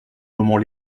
moments